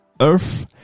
earth